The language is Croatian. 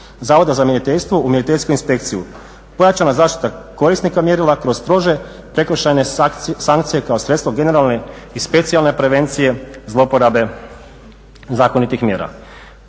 zavoda za mjeriteljstvo u mjeriteljsku inspekciju. Pojačana zaštita korisnika mjerila kroz strože prekršajne sankcije kao sredstvo generalne i specijalne prevencije zlouporabe zakonitih mjera.